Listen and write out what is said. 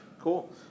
Cool